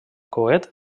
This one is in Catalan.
coet